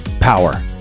power